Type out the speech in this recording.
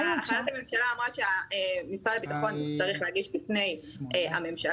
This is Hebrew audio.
החלטת הממשלה אמרה שמשרד הבטחון צריך להגיש לפני הממשלה,